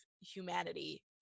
humanity